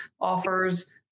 offers